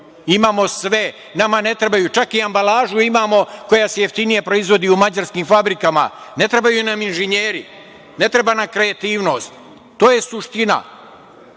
imamo sve, čak i ambalažu imamo koja se jeftinije proizvodi u mađarskim fabrikama, ne trebaju nam inženjeri, ne treba nam kreativnost. To je suština.